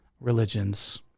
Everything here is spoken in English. religions